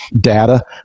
data